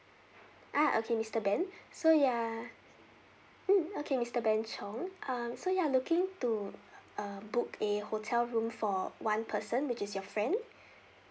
ah okay mister ben so ya mm okay mister ben chong um so you're looking to uh book a hotel room for one person which is your friend